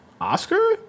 Oscar